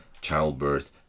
childbirth